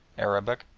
arabic,